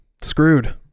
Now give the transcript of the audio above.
screwed